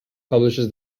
publishes